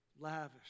lavish